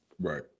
Right